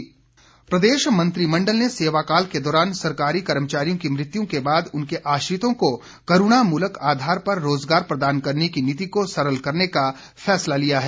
cabinet प्रदेश मंत्रिमंडल ने सेवाकाल के दौरान सरकारी कर्मचारियों की मृत्यु के बाद उनके आश्रितों को करूणामूलक आधार पर रोज़गार प्रदान करने की नीति को सरल करने का फैसला लिया है